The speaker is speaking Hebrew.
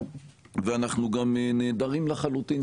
אנחנו גם נעדרים סנקציות לחלוטין.